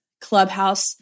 Clubhouse